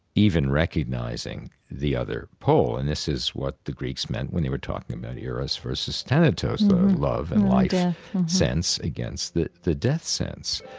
even recognizing the other pole. and this is what the greeks meant when they were talking about eros versus thanatos, the love and life sense against the the death sense.